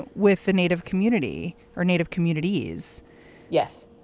with the native community or native communities yes.